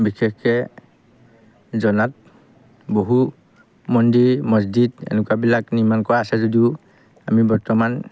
বিশেষকৈ জনাত বহু মন্দিৰ মছজিদ এনেকুৱাবিলাক নিৰ্মাণ কৰা আছে যদিও আমি বৰ্তমান